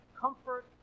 comfort